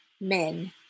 men